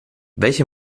welche